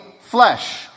flesh